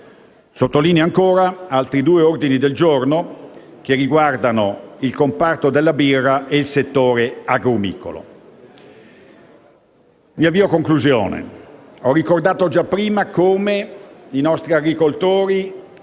Sottolineo ancora altri due ordini del giorno che riguardano il comparto della birra e il settore agrumicolo. Mi avvio alla conclusione. Ho ricordato già prima come i nostri agricoltori